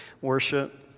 Worship